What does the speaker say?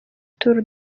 tour